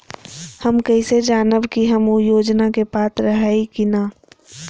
हम कैसे जानब की हम ऊ योजना के पात्र हई की न?